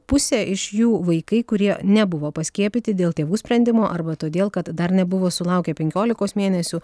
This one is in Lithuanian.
pusė iš jų vaikai kurie nebuvo paskiepyti dėl tėvų sprendimo arba todėl kad dar nebuvo sulaukę penkiolikos mėnesių